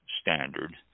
standard